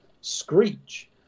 Screech